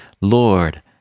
Lord